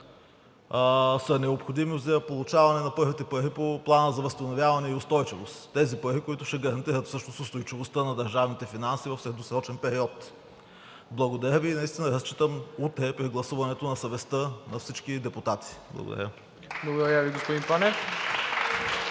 са необходими за получаване на първите пари по Плана за възстановяване и устойчивост – тези пари, които ще гарантират всъщност устойчивостта на държавните финанси в средносрочен период. Благодаря Ви и наистина разчитам утре при гласуването на съвестта на всички депутати. Благодаря. (Ръкопляскания